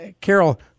Carol